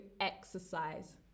exercise